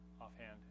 offhand